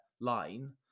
line